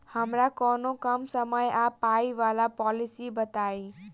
हमरा कोनो कम समय आ पाई वला पोलिसी बताई?